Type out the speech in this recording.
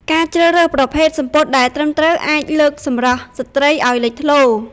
ការជ្រើសរើសប្រភេទសំពត់ដែលត្រឹមត្រូវអាចលើកសម្រស់ស្ត្រីអោយលេចធ្លោ។